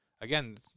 again